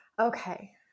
Okay